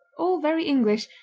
all very english,